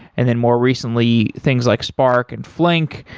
and then more recently things like spark and flink,